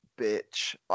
bitch